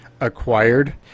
acquired